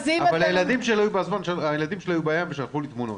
הילדים שלי היו בים ושלחו לי תמונות.